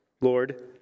Lord